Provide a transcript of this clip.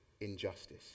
injustice